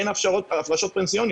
אין הפרשות פנסיוניות.